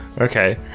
okay